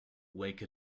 wake